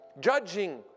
Judging